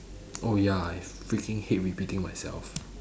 oh ya I freaking hate repeating myself